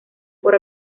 por